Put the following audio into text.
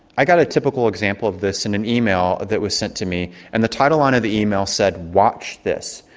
i got a typical example of this in an email that was sent to me and the title under the email said, watch this.